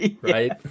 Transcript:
right